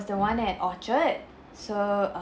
~s the one at orchard so err